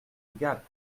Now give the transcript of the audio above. gap